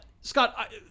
Scott